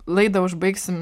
laidą užbaigsim